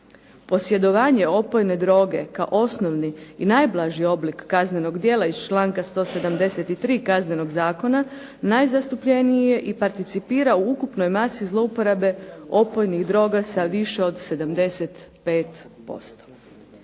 Posjedovanje opojne droge kao osnovni i najblaži oblik kaznenog djela iz članka 173. Kaznenog zakona najzastupljeniji je i participira u ukupnoj masi zlouporabe opojnih droga sa više 75%.